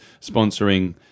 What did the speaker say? sponsoring